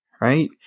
right